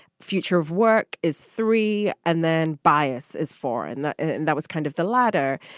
future of work is three and then bias is four. and that and that was kind of the latter.